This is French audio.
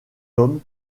homme